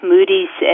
Moody's